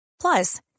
Plus